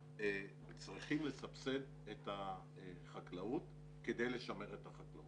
צריכים לסבסד את החקלאות כדי לשמר את החקלאות.